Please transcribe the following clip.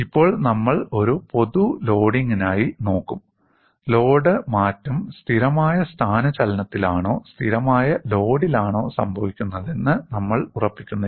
ഇപ്പോൾ നമ്മൾ ഒരു പൊതു ലോഡിംഗിനായി നോക്കും ലോഡ് മാറ്റം സ്ഥിരമായ സ്ഥാനചലനത്തിലാണോ സ്ഥിരമായ ലോഡിലാണോ സംഭവിക്കുന്നതെന്ന് നമ്മൾ ഉറപ്പിക്കുന്നില്ല